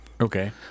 okay